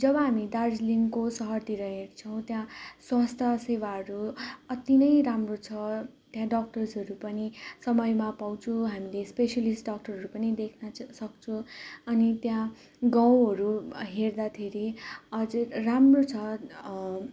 जब हामी दार्जिलिङको सहरतिर हेर्छौँ त्यहाँ स्वास्थ्य सेवाहरू अति नै राम्रो छ त्यहाँ डाक्टर्सहरू पनि समयमा पाउँछौँ हामीले स्पेसियलिस्ट डाक्टरहरू पनि देख्न चाहिँ सक्छौँ अनि त्यहाँ गाउँहरू हेर्दाखेरि अझ राम्रो छ